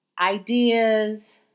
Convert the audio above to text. ideas